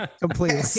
completely